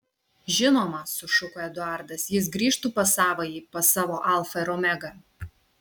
žinoma sušuko eduardas jis grįžtų pas savąjį pas savo alfą ir omegą